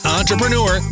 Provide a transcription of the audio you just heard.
entrepreneur